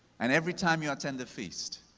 and every time you attend the feast,